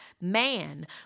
man